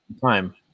time